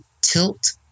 tilt